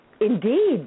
Indeed